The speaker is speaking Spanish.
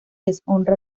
deshonra